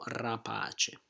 rapace